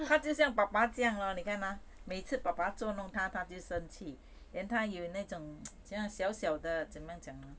她就像爸爸 lor 你看她每一次爸爸捉弄她她就生气 then 她有那一种 小小的怎么样讲呢